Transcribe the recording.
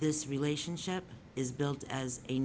this relationship is built as a